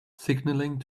signaling